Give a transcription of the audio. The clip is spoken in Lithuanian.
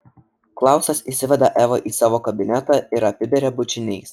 klausas įsiveda evą į savo kabinetą ir apiberia bučiniais